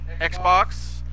Xbox